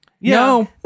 No